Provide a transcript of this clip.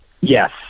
Yes